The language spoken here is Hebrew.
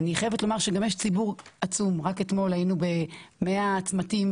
אני חייבת לומר שגם יש ציבור עצום ורק אתמול היינו במאה צמתים